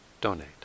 donate